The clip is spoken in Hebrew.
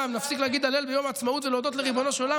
ונפסיק להגיד הלל ביום העצמאות ולהודות לריבונו של עולם,